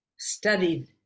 studied